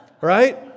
right